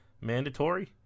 Mandatory